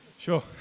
Sure